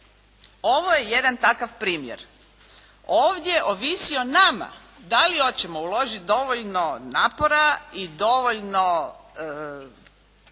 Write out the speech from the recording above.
Ovo je jedan takav primjer. Ovdje ovisi o nama da li hoćemo uložiti dovoljno napora i dovoljno